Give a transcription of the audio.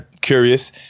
curious